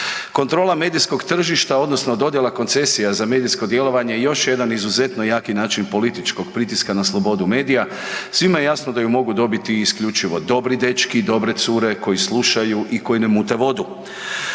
Kontrola medijskog tržišta odnosno dodjela koncesija za medijsko djelovanje još je jedan izuzetno jaki način političkog pritiska na slobodu medija. Svima je jasno da ju mogu dobiti isključivo dobri dečki, dobre cure, koji slušaju i koji ne mute vodu.